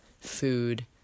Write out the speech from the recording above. food